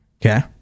Okay